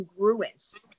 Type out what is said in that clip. congruence